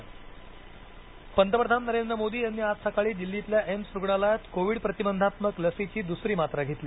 मोदी लसीकरण पंतप्रधान नरेंद्र मोदी यांनी आज सकाळी दिल्लीतल्या एम्स रुग्णालयात कोविड प्रतिबंधात्मक लसीची दुसरी मात्रा घेतली